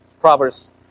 Proverbs